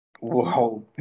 Whoa